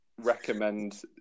Recommend